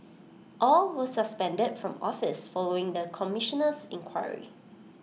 all were suspended from office following the Commissioner's inquiry